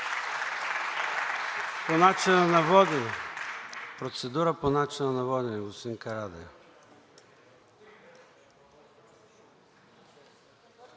процедура по начина на водене.